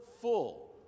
full